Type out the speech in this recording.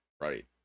Right